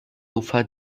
ufer